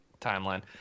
timeline